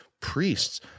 priests